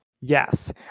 Yes